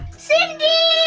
cindy